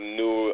new